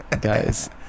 Guys